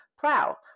plow